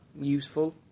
useful